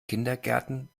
kindergärten